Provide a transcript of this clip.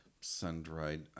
sun-dried